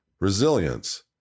Resilience